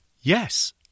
Yes